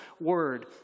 word